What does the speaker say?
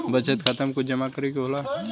बचत खाता मे कुछ जमा करे से होला?